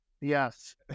Yes